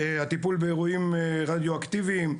הטיפול באירועים רדיואקטיביים,